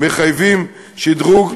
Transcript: חייבים שדרוג.